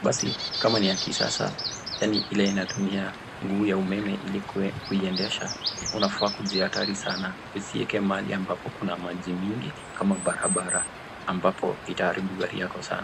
Basi kama ni ya kisasa yani ile inatumia nguvu ya umeme ili kuiendesha, unafaa kujihadhari sana usiweke mahali ambapo kuna maji mingi kama barabara ambapo itaharibu gari yako sana.